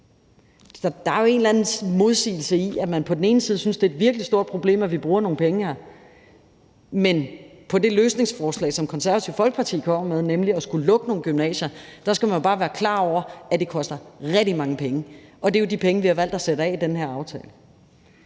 eller anden modsigelse i, at man på den ene side synes, det er et virkelig stort problem, at vi bruger nogle penge her, men i forbindelse med det løsningsforslag, som Det Konservative Folkeparti kommer med, nemlig at skulle lukke nogle gymnasier, skal man bare være klar over, at det koster rigtig mange penge, og det er jo de penge, vi har valgt at sætte af i den her aftale.